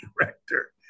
director